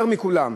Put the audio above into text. יותר מכולם.